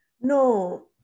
No